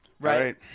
right